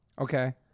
Okay